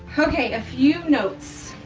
okay, a few notes.